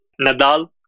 Nadal